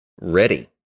ready